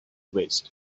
west